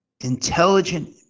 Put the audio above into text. intelligent